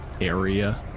area